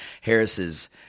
Harris's